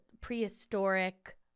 prehistoric